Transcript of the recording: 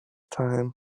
time